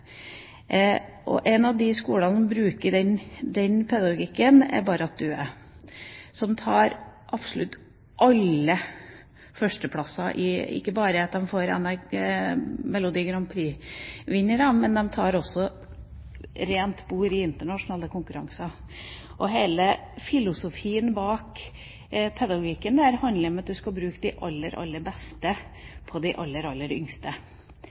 En av de skolene som bruker den pedagogikken, er Barratt Due, som tar absolutt alle førsteplasser. Ikke bare får de Melodi Grand Prix-vinnere, men de gjør også rent bord i internasjonale konkurranser. Hele filosofien bak deres pedagogikk er at man skal bruke de aller beste på de aller yngste.